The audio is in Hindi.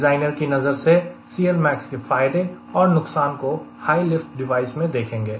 डिज़ाइनर की नजर से CLmax के फायदे और नुकसान को हाय लिफ्ट डिवाइस में देखेंगे